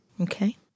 Okay